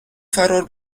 فرار